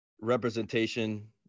representation